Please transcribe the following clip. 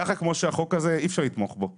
כמו שהחוק הזה, אי אפשר לתמוך בו.